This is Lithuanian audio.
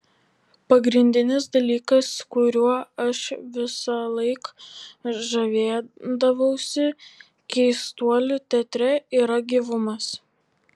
pagrindinis dalykas kuriuo aš visąlaik žavėdavausi keistuolių teatre yra gyvumas